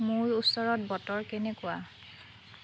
মোৰ ওচৰত বতৰ কেনেকুৱা